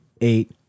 eight